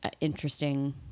interesting